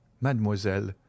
mademoiselle